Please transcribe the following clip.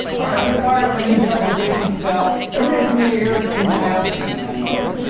all right, i'm gonna fire up my new teleportation spell and we're getting some of you here who has seen i am mother